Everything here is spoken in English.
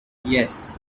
yes